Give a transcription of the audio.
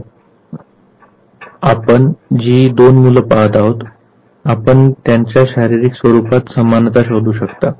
तर आता आपण जी दोन मुलं पहात आहोत आपण त्यांच्या शारिरीक स्वरुपात समानता शोधू शकता